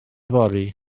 fory